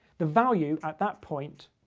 the value at that point